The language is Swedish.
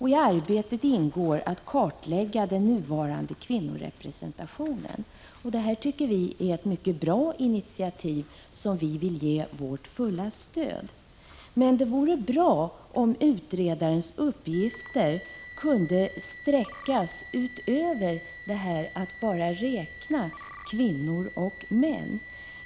I arbetet ingår att kartlägga den nuvarande kvinnorepresentationen. Detta är ett mycket bra initiativ som vi vill ge vårt fulla stöd. Men det vore bra om utredarens uppgifter kunde gälla att bara inte räkna kvinnor och män.